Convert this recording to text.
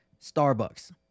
Starbucks